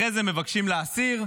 אחרי זה מבקשים להסיר.